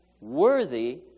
Worthy